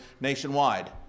nationwide